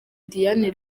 diane